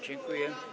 Dziękuję.